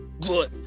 good